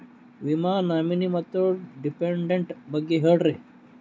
ವಿಮಾ ನಾಮಿನಿ ಮತ್ತು ಡಿಪೆಂಡಂಟ ಬಗ್ಗೆ ಹೇಳರಿ?